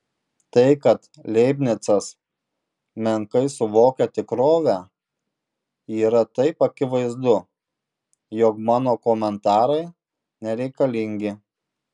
tai kad leibnicas menkai suvokia tikrovę yra taip akivaizdu jog mano komentarai nereikalingi